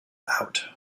out